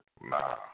Nah